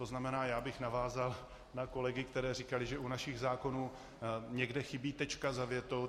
To znamená, já bych navázal na kolegy, kteří říkali, že u našich zákonů někde chybí tečka za větou.